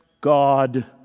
God